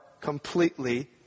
completely